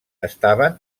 estaven